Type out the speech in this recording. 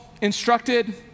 instructed